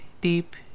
deep